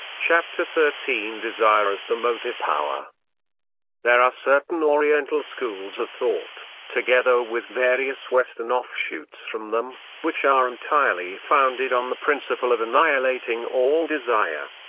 chapter thirteen desire as the motive power there are certain oriental schools of thought, together with various western offshoots from them, which are entirely founded on the principle of annihilating all desire.